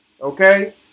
Okay